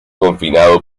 confinado